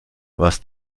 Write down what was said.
was